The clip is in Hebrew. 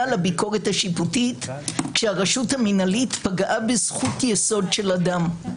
לביקורת השיפוטית כשהרשות המנהלית פגעה בזכות יסוד של אדם.